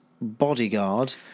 Bodyguard